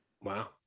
Wow